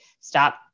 Stop